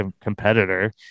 competitor